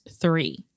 three